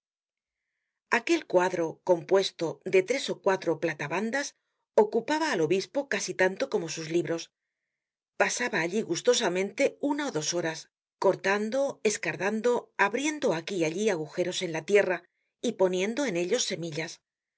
aquel cuadro compuesto de tres ó cuatro platabandas ocupaba al obispo casi tanto como sus libros pasaba allí gustosamente una ó dos horas cortando escardando abriendo aquí y allí agujeros en la tierra y poniendo en ellos semillas no